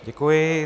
Děkuji.